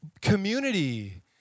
community